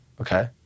Okay